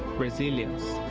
brazilians.